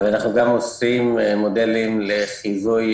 אנחנו גם עושים מודלים לחיזוי